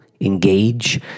engage